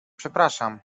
przepraszam